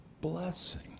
blessing